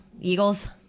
Eagles